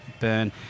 burn